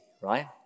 right